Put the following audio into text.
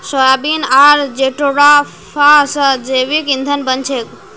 soybean आर jatropha स जैविक ईंधन बन छेक